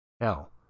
Hell